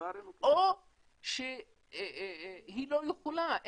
או שהיא לא יכולה,